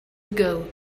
ago